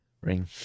ring